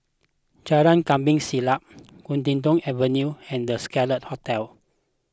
Jalan Kampong Siglap Huddington Avenue and the Scarlet Hotel